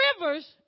rivers